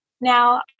now